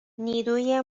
نیروی